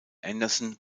anderson